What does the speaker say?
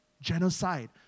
genocide